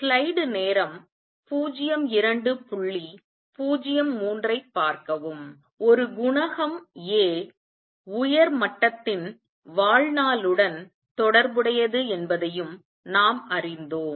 ஒரு குணகம் A உயர் மட்டத்தின் வாழ்நாளுடன் தொடர்புடையது என்பதையும் நாம் அறிந்தோம்